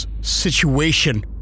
situation